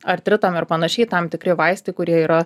artritam ir panašiai tam tikri vaistai kurie yra